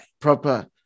proper